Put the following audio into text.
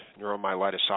neuromyelitis